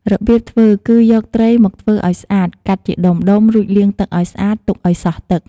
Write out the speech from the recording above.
របៀបធ្វើគឺ យកត្រីមកធ្វើឲ្យស្អាត កាត់ជាដុំៗ រួចលាងទឹកឲ្យស្អាត ទុកឲ្យសោះទឹក។